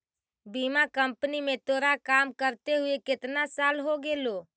बीमा कंपनी में तोरा काम करते हुए केतना साल हो गेलो